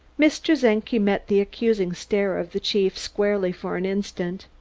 mr. czenki met the accusing stare of the chief squarely for an instant,